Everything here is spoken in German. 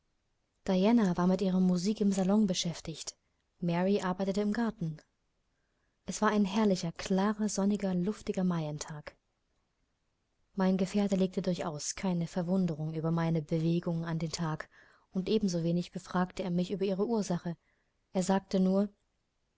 war mit ihrer musik im salon beschäftigt mary arbeitete im garten es war ein herrlicher klarer sonniger luftiger maientag mein gefährte legte durchaus keine verwunderung über meine bewegung an den tag und ebensowenig befragte er mich über ihre ursache er sagte nur